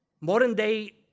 modern-day